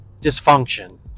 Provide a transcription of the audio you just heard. dysfunction